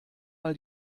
mal